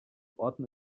orten